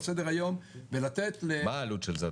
סדר היום ולתת --- מה העלות של זה,